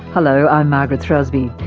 hello, i'm margaret throsby,